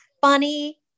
funny